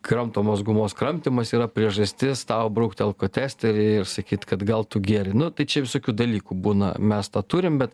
kramtomos gumos kramtymas yra priežastis tau brukti alkotesterį ir sakyt kad gal tu gėrei nu tai čia visokių dalykų būna mes tą turim bet